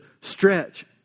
stretch